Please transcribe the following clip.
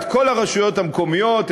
את כל הרשויות המקומיות,